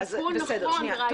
זה תיקון נכון.